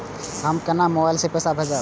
हम केना मोबाइल से पैसा भेजब?